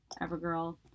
evergirl